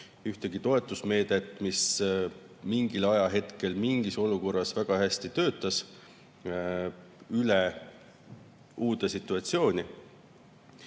mingit toetusmeedet, mis mingil ajahetkel mingis olukorras väga hästi töötas, uude situatsiooni.